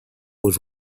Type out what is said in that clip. was